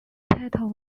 title